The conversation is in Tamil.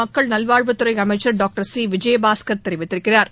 மக்கள் நல்வாழ்வுத் துறை அமைச்சா் டாக்டர் சி விஜயபாஸ்கா் தெரிவித்திருக்கிறாா்